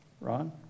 Ron